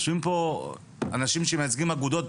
יושבים פה אנשים שמייצגים אגודות,